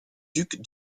ducs